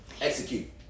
execute